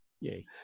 Yay